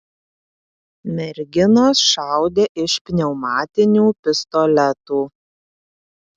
merginos šaudė iš pneumatinių pistoletų